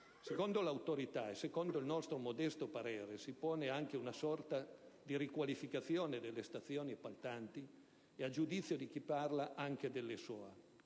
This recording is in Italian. Secondo l'Autorità e secondo il nostro modesto parere, si pone anche una sorta di riqualificazione delle stazioni appaltanti e, a giudizio di chi parla, anche delle SOA.